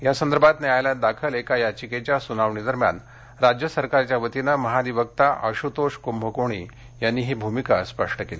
या संदर्भात न्यायालयात दाखल एका याचिकेच्या सुनावणी दरम्यान राज्यसरकारच्या वतीनं महाधिवक्ता आशुतोष कुंभकोणी यांनी ही भूमिका स्पष्ट केली